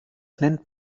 nennt